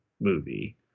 movie